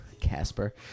Casper